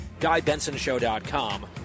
GuyBensonShow.com